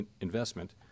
investment